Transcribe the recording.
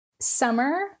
summer